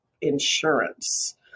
insurance